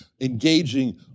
engaging